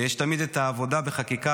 יש תמיד את העבודה בחקיקה,